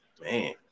man